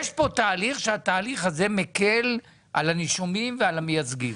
יש פה תהליך שהתהליך הזה מקל על הנישומים ועל המייצגים.